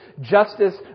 justice